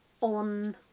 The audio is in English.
on